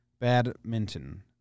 Badminton